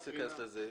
רוצה להיכנס לזה.